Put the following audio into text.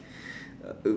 uh